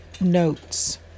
notes